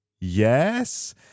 Yes